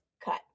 cut